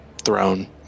throne